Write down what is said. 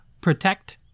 protect